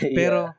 pero